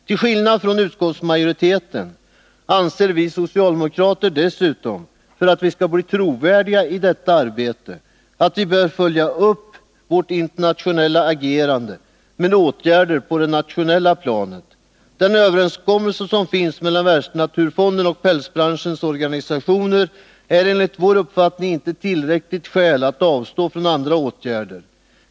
Till skillnad från utskottsmajoriteten anser vi socialdemokrater dessutom att vi, för att vi skall bli trovärdiga i detta arbete, bör följa upp vårt internationella agerande med åtgärder på det nationella planet. Den överenskommelse som finns mellan Världsnaturfonden och pälsbranschens organisationer är enligt vår uppfattning inte tillräckligt skäl för att avstå från andra åtgärder.